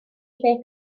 lle